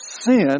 sin